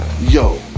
yo